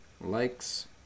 likes